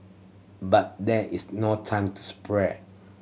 but there is no time to spare